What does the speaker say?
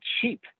cheap